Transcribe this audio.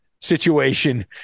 situation